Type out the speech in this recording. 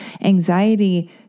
anxiety